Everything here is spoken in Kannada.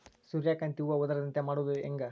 ಸೂರ್ಯಕಾಂತಿ ಹೂವ ಉದರದಂತೆ ಮಾಡುದ ಹೆಂಗ್?